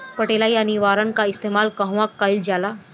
पटेला या निरावन का इस्तेमाल कहवा कइल जाला?